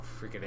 freaking